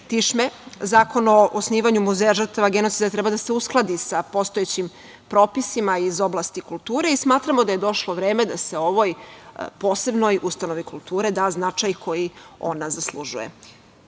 Tišme? Zakon o osnivanju Muzeja žrtava genocida treba da se uskladi sa postojećim propisima iz oblasti kulture i smatramo da je došlo vreme da se ovoj posebnoj ustanovi kulture da značaj koji ona zaslužuje. Kada